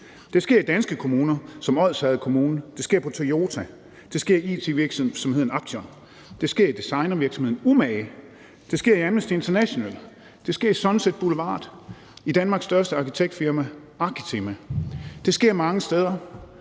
Det sker i danske kommuner som f.eks. i Odsherred Kommune. Det sker på Toyota. Det sker i it-virksomheden Abtion. Det sker i designvirksomheden Umage. Det sker i Amnesty International. Det sker i Sunset Boulevard og i Danmarks største arkitektfirma Arkitema. Det sker mange steder,